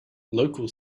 local